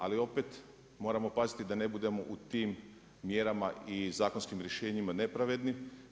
Ali opet moramo paziti da ne budemo u tim mjerama i zakonskim rješenjima nepravedni.